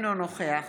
אינו נוכח